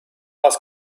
was